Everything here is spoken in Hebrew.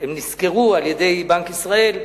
שנסקרו על-ידי בנק ישראל,